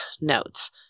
notes